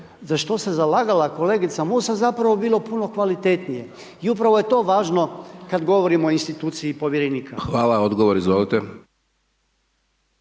za što se zalagala kolegica Musa, zapravo bilo puno kvalitetnije, i upravo je to važno kad govorimo o instituciji Povjerenika. **Hajdaš